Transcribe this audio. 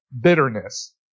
bitterness